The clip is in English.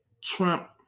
Trump